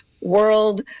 world